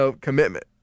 commitment